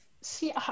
See